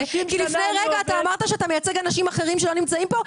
כי לפני רגע אתה אמרת שאתה מייצג אנשים אחרים שלא נמצאים פה.